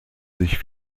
sich